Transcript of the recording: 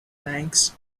manx